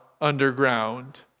underground